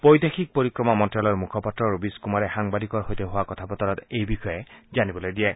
বৈদেশিক পৰিক্ৰমা মন্তালয়ৰ মূখপাত্ৰ ৰবিশ কুমাৰে সাংবাদিকৰ সৈতে হোৱা কথা বতৰাত এই বিষয়ে জনিবলৈ দিয়ে